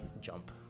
jump